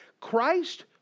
Christ